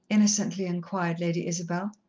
innocently inquired lady isabel.